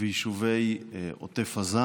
וליישובי עוטף עזה.